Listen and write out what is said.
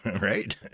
right